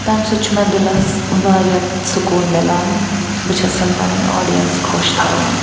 تَمہِ سۭتۍ چھُ مےٚ دِلَس واریاہ سُکون مِلان بہٕ چھَس پَنٕنۍ آڈیَنٕس خۄش تھاوان